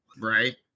right